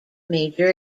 major